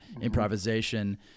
improvisation